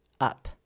up